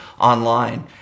online